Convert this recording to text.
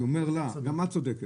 אמר לה שגם היא צודקת.